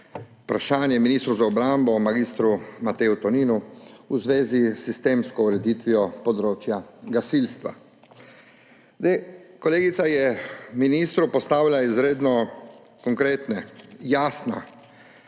vprašanje ministru za obrambo mag. Mateju Toninu v zvezi s sistemsko ureditvijo področja gasilstva. Kolegica je ministru postavila izredno konkretna, jasna